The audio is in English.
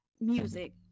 Music